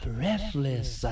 Breathless